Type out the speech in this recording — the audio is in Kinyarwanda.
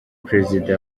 perezida